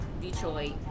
Detroit